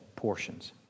Portions